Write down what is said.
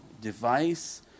device